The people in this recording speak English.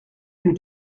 new